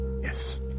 Yes